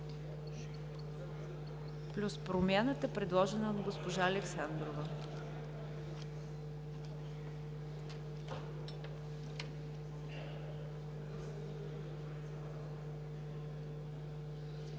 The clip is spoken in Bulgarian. плюс промяната, предложена от госпожа Александрова.